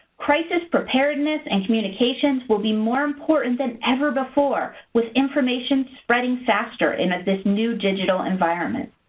crisis preparedness and communications will be more important than ever before, with information spreading faster in this new digital environment.